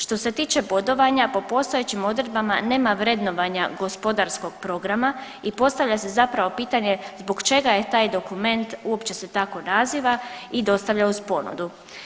Što se tiče bodovanja po postojećim odredbama nema vrednovanja gospodarskog programa i postavlja se zapravo pitanje zbog čega je taj dokument uopće se tako naziva i dostavlja uz ponudu.